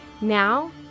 Now